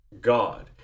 God